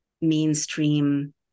mainstream